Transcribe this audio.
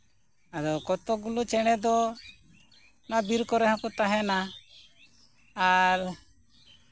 ᱟᱫᱚ ᱠᱚᱛᱚᱠᱜᱩᱞᱟᱹ ᱪᱮᱬᱮ ᱫᱚ ᱚᱱᱟ ᱵᱤᱨ ᱠᱚᱨᱮ ᱦᱚᱸᱠᱚ ᱛᱟᱦᱮᱱᱟ ᱟᱨ